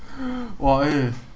!wah! eh